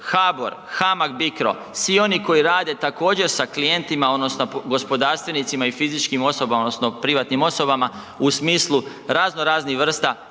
HBOR, HAMAG Bicro, svi oni koji rade također sa klijentima odnosno gospodarstvenicima i fizičkim osobama odnosno privatnim osobama u smislu razno raznih vrsta